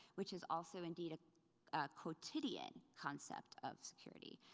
which is also indeed a quotidian concept of security.